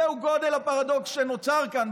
זהו גודל הפרדוקס שנוצר כאן,